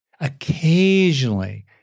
Occasionally